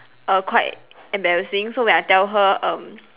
err quite embarrassing so when I tell her um